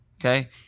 okay